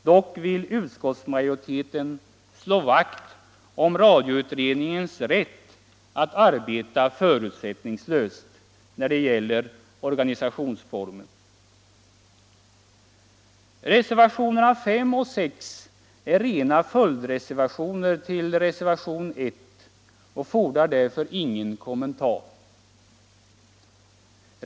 Dock vill utskottsmajoriteten slå vakt om radioutredningens rätt att arbeta förutsättningslöst när det gäller organisationsformer. Reservationerna 5 och 6 är rena följdreservationer till reservationen 1 och fordrar därför ingen kommentar.